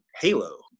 halo